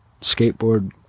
skateboard